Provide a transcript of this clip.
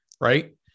right